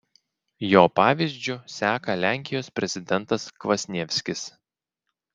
jo pavyzdžiu seka lenkijos prezidentas kvasnievskis